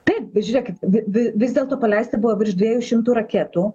taip žiūrėkit vi vi vis dėlto paleista buvo virš dviejų šimtų raketų